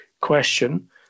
question